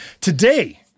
today